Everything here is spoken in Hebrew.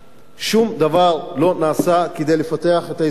שום דבר לא נעשה כדי לפתח את האזור הזה.